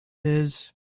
his